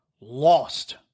lost